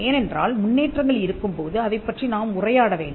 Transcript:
ஏனென்றால் முன்னேற்றங்கள் இருக்கும்போது அதைப் பற்றி நாம் உரையாட வேண்டும்